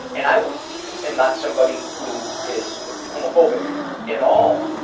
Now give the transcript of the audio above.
and i am not somebody who is homophobic at all.